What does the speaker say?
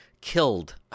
killed